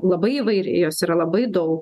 labai įvairi jos yra labai dau